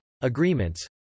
agreements